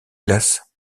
glaces